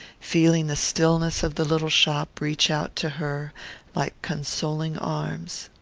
feeling the stillness of the little shop reach out to her like consoling arms.